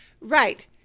Right